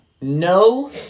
No